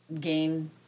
gain